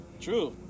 True